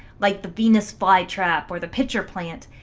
like the venus fly trap or the pitcher plant?